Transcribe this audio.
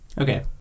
okay